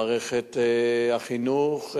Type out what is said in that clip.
מערכת החינוך,